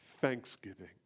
thanksgiving